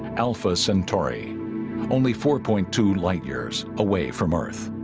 alpha centauri only four point two light-years away from earth